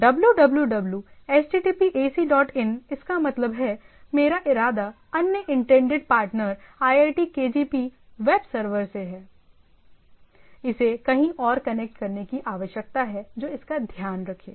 www http AC dot in इसका मतलब है मेरा इरादा अन्य intended partner iitkgp web server है इसे कहीं और कनेक्ट करने की आवश्यकता है जो इसका ध्यान रखें